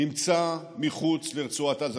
נמצא מחוץ לרצועת עזה.